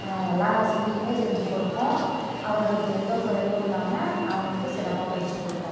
எல்லா வசதியுமே செஞ்சு கொடுப்போம் அவர்களுக்கு எந்த குறையும் இல்லாமல் அவங்களுக்கு சிறப்பாக பயிற்சி கொடுப்போம்